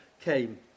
came